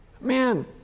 man